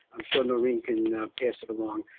i'm sure, noreen can pass it along.